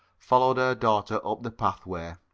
followed her daughter up the pathway.